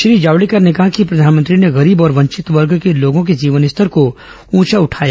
श्री जावडेकर ने कहा कि प्रधानमंत्री ने गरीब और वंचित वर्ग के लोगों के जीवन स्तर को उंचा उठाया